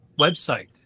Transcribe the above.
website